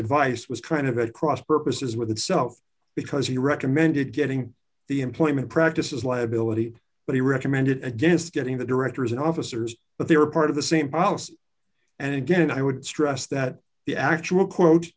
advice was trying to be at cross purposes with itself because he recommended getting the employment practices liability but he recommended against getting the directors and officers but they were part of the same policy and again i would stress that the actual quote